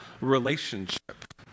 relationship